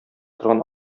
торган